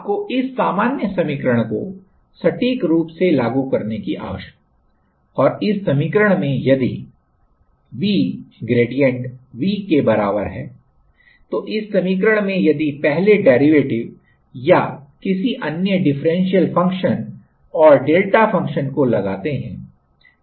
आपको इस सामान्य समीकरण को सटीक रूप से लागू करने की आवश्यकता है और इस समीकरण में यदि V grad V के बराबर है तो इस समीकरण में यदि पहले डेरीवेटिव या किसी अन्य डिफरेंशियल फ़ंक्शन और डेल्टा फ़ंक्शन को लगाते है